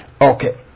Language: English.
Okay